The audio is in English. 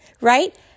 right